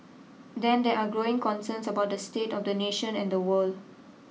then there are growing concerns about the state of the nation and the world